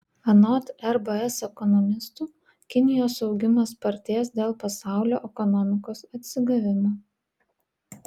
anot rbs ekonomistų kinijos augimas spartės dėl pasaulio ekonomikos atsigavimo